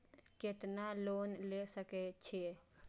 केतना लोन ले सके छीये?